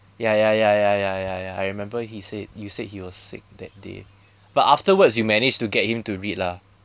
ya ya ya ya ya ya ya I remember he said you said he was sick that day but afterwards you managed to get him to read lah